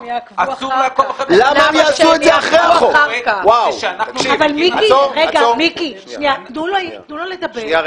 מיקי, תנו לו לדבר,